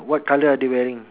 what colour are they wearing